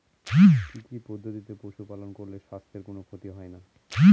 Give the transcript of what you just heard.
কি কি পদ্ধতিতে পশু পালন করলে স্বাস্থ্যের কোন ক্ষতি হয় না?